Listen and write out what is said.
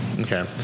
Okay